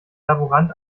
laborant